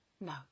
No